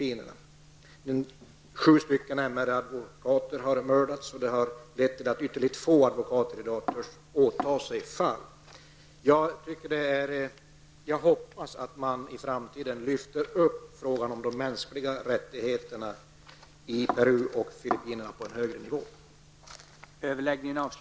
Sju advokater har mördats, vilket har lett till att ytterst få advokater i dag törs åta sig fall. Jag hoppas att man i framtiden lyfter upp frågan om de mänskliga rättigheterna i Peru och Filippinerna till en högre nivå.